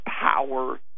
power